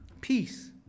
Peace